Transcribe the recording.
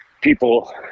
people